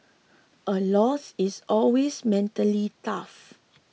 a loss is always mentally tough